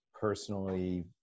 personally